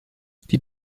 die